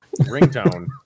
ringtone